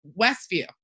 westview